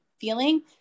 feeling